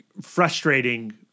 frustrating